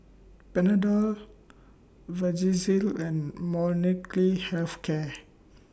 Panadol Vagisil and Health Care